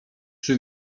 czy